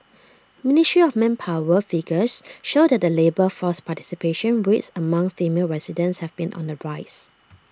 ministry of manpower figures show that the labour force participation rates among female residents have been on the rise